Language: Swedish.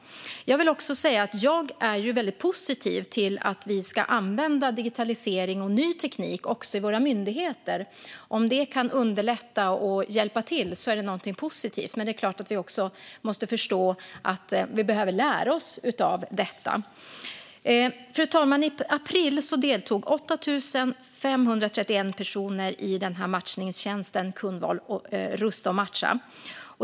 Jag vill också säga att jag är väldigt positiv till att vi ska använda digitalisering och ny teknik även i våra myndigheter. Om det kan underlätta och hjälpa till är det någonting positivt, men det är klart att vi också måste förstå att vi behöver lära oss av detta. Fru talman! I april deltog 8 531 personer i matchningstjänsten Kundval rusta och matcha.